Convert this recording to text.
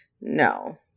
no